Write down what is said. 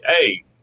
hey